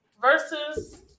versus